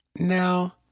Now